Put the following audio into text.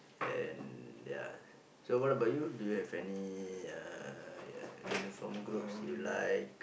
and ya so what about you do you have any uh uniform groups you like